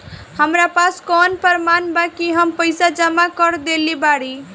हमरा पास कौन प्रमाण बा कि हम पईसा जमा कर देली बारी?